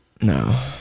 No